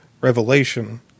revelation